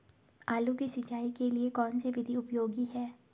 आलू की सिंचाई के लिए कौन सी विधि उपयोगी है?